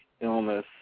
illness